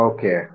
Okay